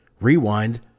Rewind